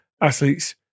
athletes